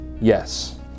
yes